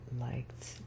liked